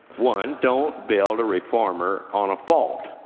one, don't build a reformer on a fault.